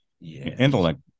intellect